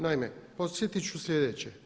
Naime, podsjetiti ću sljedeće.